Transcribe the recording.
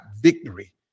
victory